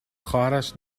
خواهرش